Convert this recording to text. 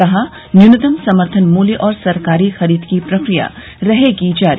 कहा न्यूनतम समर्थन मूल्य और सरकारी खरीद की प्रक्रिया रहेगी जारी